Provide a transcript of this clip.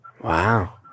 Wow